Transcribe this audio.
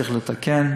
צריך לתקן,